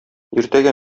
иртәгә